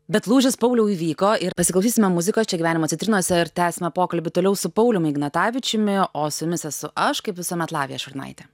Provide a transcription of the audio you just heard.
bet lūžis pauliau įvyko ir pasiklausysime muzikos čia gyvenimo citrinose ir tęsime pokalbį toliau su paulium ignatavičiumi o su jumis esu aš kaip visuomet lavija šurnaitė